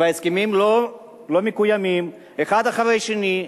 וההסכמים לא מקוימים אחד אחרי השני,